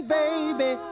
baby